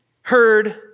heard